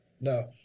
no